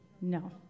No